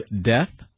death